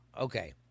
Okay